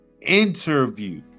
interview